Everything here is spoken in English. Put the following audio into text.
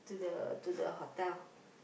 the to the hotel